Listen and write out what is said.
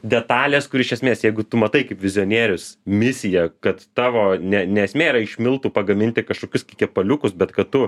detalės kur iš esmės jeigu tu matai kaip vizionierius misiją kad tavo ne ne esmė yra iš miltų pagaminti kažkokius kepaliukus bet kad tu